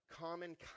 common